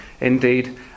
Indeed